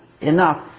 enough